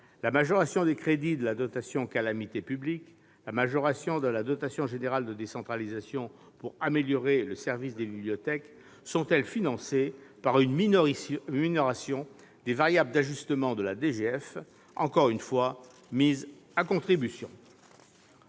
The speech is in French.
majoration des crédits de la dotation attribuée en cas de calamités publiques, majoration de la dotation générale de décentralisation pour améliorer le service des bibliothèques -sont-elles financées par une minoration des variables d'ajustement de la DGF, encore une fois mises à contribution.